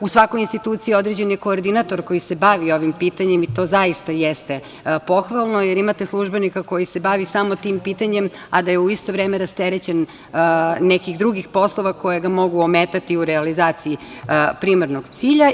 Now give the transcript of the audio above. U svakoj instituciji određen je koordinator koji se bavi ovim pitanjem i to zaista jeste pohvalno, jer imate službenika koji se bavi samo tim pitanjem, a da je u isto vreme rasterećen nekih drugih poslova koji ga mogu ometati u realizaciji primarnog cilja.